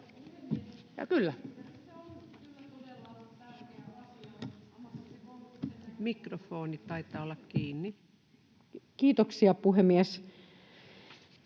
Kiitoksia puhemies!